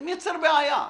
זה מייצר בעיה.